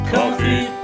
Coffee